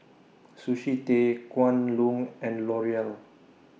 Sushi Tei Kwan Loong and L'Oreal